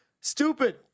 stupid